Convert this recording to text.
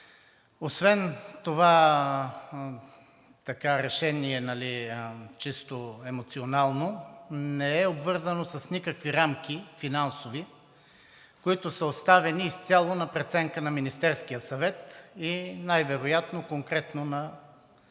освен това чисто емоционално решение, то не е обвързано с никакви финансови рамки, които са оставени изцяло на преценка на Министерския съвет и най-вероятно конкретно на